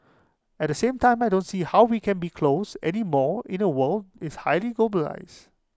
at the same time I don't see how we can be closed anymore in A world is highly globalised